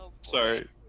Sorry